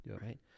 right